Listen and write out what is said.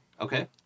Okay